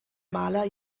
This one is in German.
maler